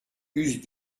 eussent